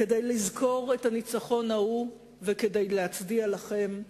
כדי לזכור את הניצחון ההוא וכדי להצדיע לכם,